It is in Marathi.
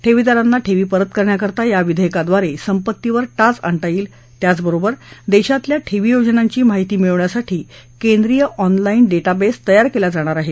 ठेवीदारांना ठेवी परत करण्याकरता या विधेयकाद्वारे संपत्तीवर टाच आणता येईल त्याचबरोबर देशातल्या ठेवी योजनांची माहिती मिळवण्यासाठी केंद्रीय ऑनलाजे डेटाबेस तयार केला जाणार आहे